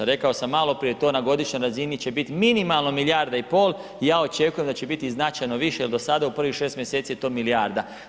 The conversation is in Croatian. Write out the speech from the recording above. Rekao sam maloprije to na godišnjoj razini će biti minimalno milijarda i pol i ja očekujem da će biti i značajno više jel do sada u prvih 6 mjeseci je to milijarda.